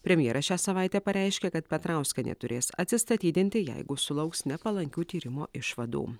premjeras šią savaitę pareiškė kad petrauskienė turės atsistatydinti jeigu sulauks nepalankių tyrimo išvadų